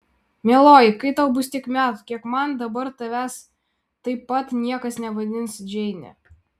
mieloji kai tau bus tiek metų kiek man dabar tavęs taip pat niekas nevadins džeine